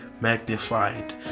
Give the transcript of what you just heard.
magnified